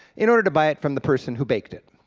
in order to buy it from the person who baked it.